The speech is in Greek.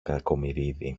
κακομοιρίδη